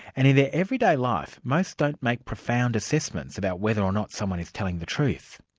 and in their everyday life most don't make profound assessments about whether or not someone is telling the truth.